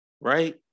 right